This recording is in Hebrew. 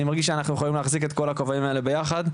אני מרגיש שאנחנו יכולים להחזיק את כל הכובעים האלה ביחד,